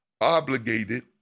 obligated